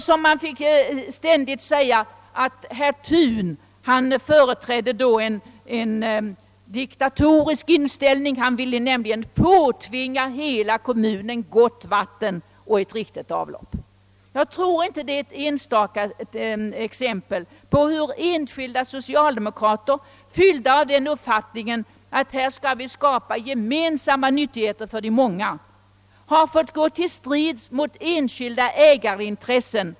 Ständigt sades det att herr Thun företrädde en diktatorisk inställning; han ville påtvinga hela kommunen gott vatten och riktigt avlopp. Jag tror inte att detta är ett enstaka fall utan bara ett exempel på hur enskilda socialdemokrater, burna av viljan att skapa gemensamma nyttigheter för de många, har fått gå till strids mot enskilda ägarintressen.